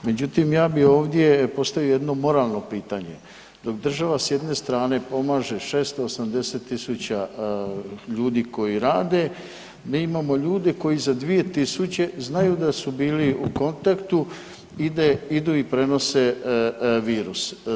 Međutim, ja bi ovdje postavio jedno moralno pitanje, dok država s jedne strane pomaže 680.000 ljudi koji rade, mi imamo ljude koji za 2.000 znaju da su bili u kontaktu, idu i prenose virus.